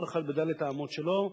כל אחד בד' האמות שלו,